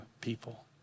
people